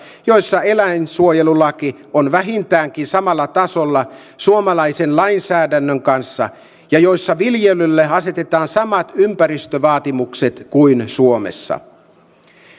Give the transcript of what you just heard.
joissa eläinsuojelulaki on vähintäänkin samalla tasolla suomalaisen lainsäädännön kanssa ja joissa viljelylle asetetaan samat ympäristövaatimukset kuin suomessa